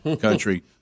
country